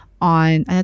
on